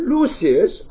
Lucius